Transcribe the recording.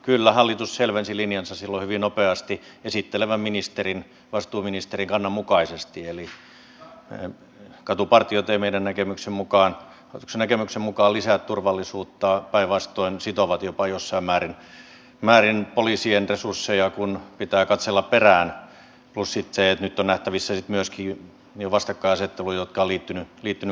kyllä hallitus selvensi linjansa silloin hyvin nopeasti esittelevän ministerin vastuuministerin kannan mukaisesti eli katupartiot eivät hallituksen näkemyksen mukaan lisää turvallisuutta päinvastoin ne sitovat jopa jossain määrin poliisien resursseja kun pitää katsella perään plus sitten se että nyt on nähtävissä myöskin vastakkainasetteluja jotka ovat liittyneet katupartiotoimintaan